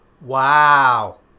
Wow